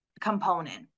component